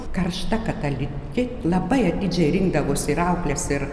karšta katalikė labai atidžiai rinkdavosi ir aukles ir